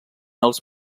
als